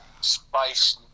spice